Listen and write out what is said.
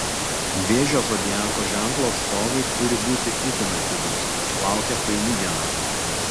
vėžio zodiako ženklo atstovai turi būti itin atidūs laukia paini diena